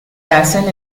hacen